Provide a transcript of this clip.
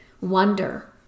wonder